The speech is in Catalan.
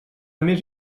més